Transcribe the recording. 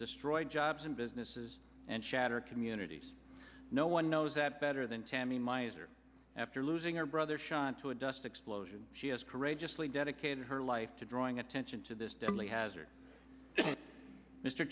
destroy jobs and businesses and shattered communities no one knows that better than tammy miser after losing her brother shot to a dust explosion she has courageously dedicated her life to drawing attention to this deadly hazard mr